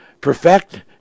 perfect